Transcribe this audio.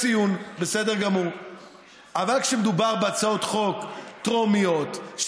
אבל אני חושב שמה שקרה כאן מוכיח נקודה מאוד מאוד מעניינת